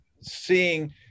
seeing